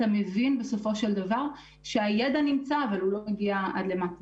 אתה מבין בסופו של דבר שהידע נמצא אבל הוא לא מגיע עד למטה.